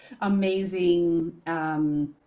amazing